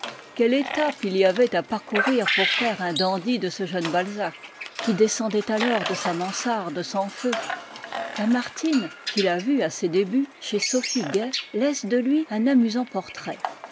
quelle étape il y avait à parcourir pour faire un dandy de ce jeune balzac qui descendait alors de sa mansarde sans feu lamartine qui l'a vu à ses débuts chez sophie gay laisse de lui un amusant portrait